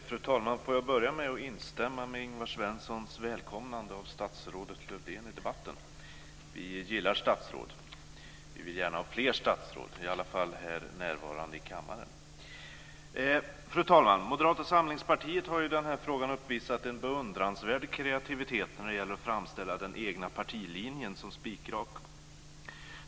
Fru talman! Jag vill börja med att instämma med Ingvar Svenssons välkomnande av statsrådet Lövdén i debatten. Vi gillar statsråd! Vi vill gärna ha fler statsråd, i alla fall närvarande här i kammaren. Fru talman! Moderata samlingspartiet har i den här frågan uppvisat en beundransvärd kreativitet när det gäller att framställa den egna partilinjen som spikrak.